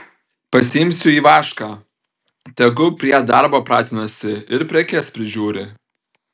pasiimsiu ivašką tegu prie darbo pratinasi ir prekes prižiūri